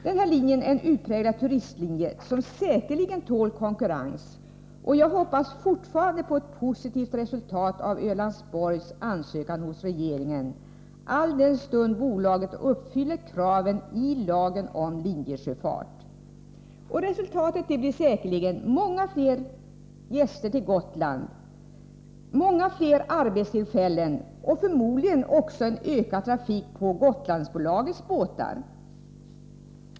Denna linje är en utpräglad turistlinje som säkerligen tål konkurrens, och jag hoppas fortfarande på ett positivt resultat av Ölandsborgs ansökan hos regeringen, alldenstund bolaget uppfyller kraven i lagen om linjesjöfart. Resultatet blir säkerligen många fler gäster till Gotland, många fler arbetstillfällen och förmodligen också en ökad trafik på Gotlandsbolagets båtar.